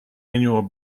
annual